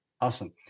Awesome